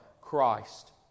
Christ